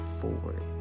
forward